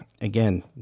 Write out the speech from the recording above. again